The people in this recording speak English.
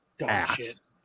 ass